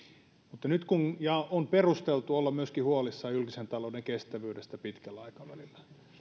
ja on perusteltua olla myöskin huolissaan julkisen talouden kestävyydestä pitkällä aikavälillä